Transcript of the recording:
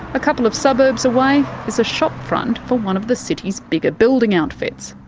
a couple of suburbs away there's a shopfront for one of the city's bigger building outfits,